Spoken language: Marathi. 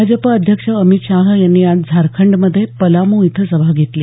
भाजप अध्यक्ष अमित शहा यांनी आज झारखंडमधे पलामू इथं सभा घेतली